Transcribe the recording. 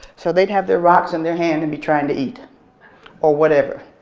so they'd have their rocks in their hand and be trying to eat or whatever.